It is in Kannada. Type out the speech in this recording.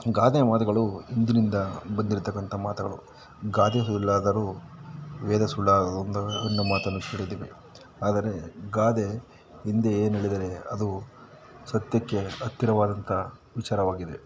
ಗಾದೆ ಮಾತುಗಳು ಹಿಂದಿನಿಂದ ಬಂದಿರ್ತಕ್ಕಂಥ ಮಾತುಗಳು ಗಾದೆ ಸುಳ್ಳಾದರೂ ವೇದ ಸುಳ್ಳಾಗದು ಎಂಬ ಎನ್ನುವ ಮಾತನ್ನು ಕೇಳಿದ್ದೀವಿ ಆದರೆ ಗಾದೆ ಹಿಂದೆ ನಡೆದರೆ ಅದು ಸತ್ಯಕ್ಕೆ ಹತ್ತಿರವಾದಂಥ ವಿಚಾರವಾಗಿದೆ